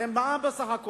הרי ממה נפשך,